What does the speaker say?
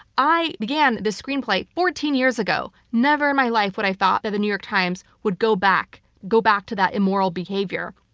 i began this screenplay fourteen years ago. never in my life would i have thought that the new york times would go back, go back to that immoral behavior.